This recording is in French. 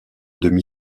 demi